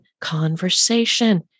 conversation